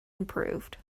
improved